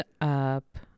up